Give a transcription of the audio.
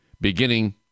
beginning